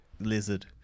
Lizard